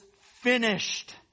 finished